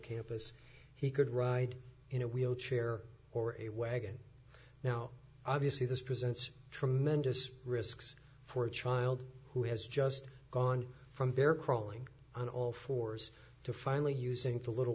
campus he could ride in a wheelchair or a way again now obviously this presents tremendous risks for a child who has just gone from there crawling on all fours to finally using the little